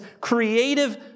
creative